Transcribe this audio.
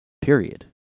Period